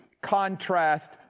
contrast